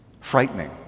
Frightening